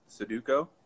Sudoku